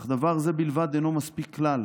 אולם דבר זה אינו מספיק כלל.